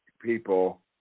people